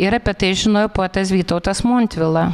ir apie tai žinojo poetas vytautas montvila